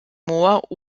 moor